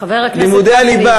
חבר הכנסת גפני,